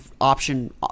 option